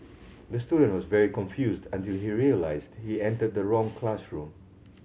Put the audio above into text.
the student was very confused until he realised he entered the wrong classroom